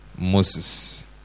Moses